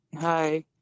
Hi